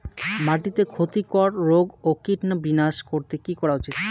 মাটিতে ক্ষতি কর রোগ ও কীট বিনাশ করতে কি করা উচিৎ?